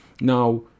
Now